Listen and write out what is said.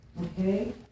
Okay